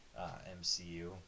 MCU